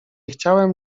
chciałem